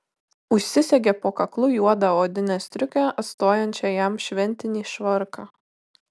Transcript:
užsisegė po kaklu juodą odinę striukę atstojančią jam šventinį švarką